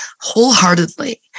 wholeheartedly